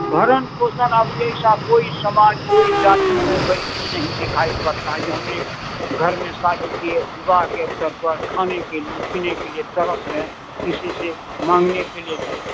भरण पोषण अब ये ऐसा कोई समाज कोई जाति में गरीबी नहीं दिखाई पड़ता है जो हमारे घर में शादी किए विवाह के स्तर पर खाने के लिए पीने के लिए तरस रहें किसी से मांगने के लिए जाएंगे